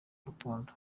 urukundo